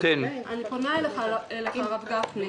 אני פונה אליך, הרב גפני,